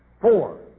Four